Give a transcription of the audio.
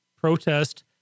protest